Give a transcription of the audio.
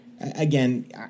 Again